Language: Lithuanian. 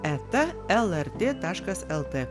eta lrt taškas lt